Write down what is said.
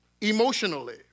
Emotionally